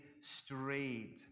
strayed